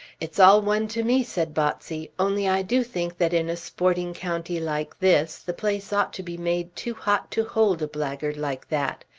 it's all one to me, said botsey only i do think that in a sporting county like this the place ought to be made too hot to hold a blackguard like that.